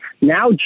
Now